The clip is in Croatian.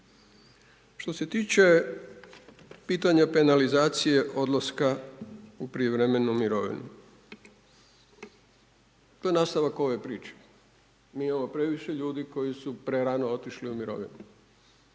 Što se tiče pitanja penalizacije odlaska u prijevremenu mirovinu, to je nastavak ovo priče. Mi imamo previše ljudi koji su prerano otišli u mirovine.